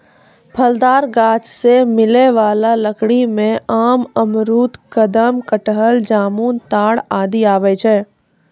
फलदार गाछ सें मिलै वाला लकड़ी में आम, अमरूद, कदम, कटहल, जामुन, ताड़ आदि आवै छै